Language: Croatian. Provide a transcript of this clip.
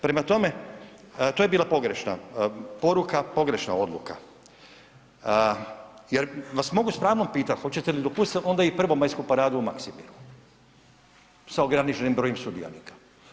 Prema tome to je bila pogrešna poruka, pogrešna odluka jer vas mogu s pravom pitati, hoćete li dopustiti onda i prvomajsku paradu u Maksimiru sa ograničenim brojem sudionika?